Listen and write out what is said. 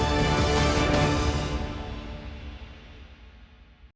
Дякую.